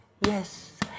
Yes